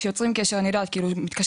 וכשיוצרים קשר אני יודעת שמתקשרים,